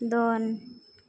ᱫᱚᱱ